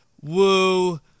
woo